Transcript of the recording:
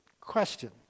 question